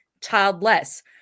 childless